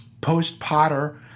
post-Potter